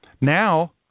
Now